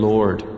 Lord